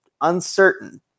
uncertain